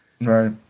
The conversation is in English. Right